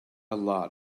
lot